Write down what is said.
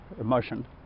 emotion